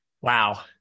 wow